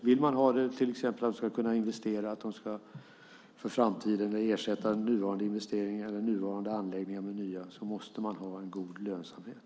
Vill man till exempel att de ska kunna investera för framtiden eller ersätta nuvarande investeringar eller nuvarande anläggningar med nya måste de ha en god lönsamhet.